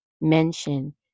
mention